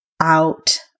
out